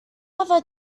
ever